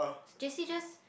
J_C just